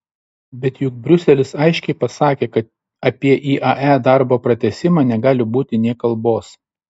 bet juk briuselis aiškiai pasakė kad apie iae darbo pratęsimą negali būti nė kalbos